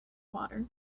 water